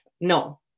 No